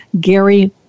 Gary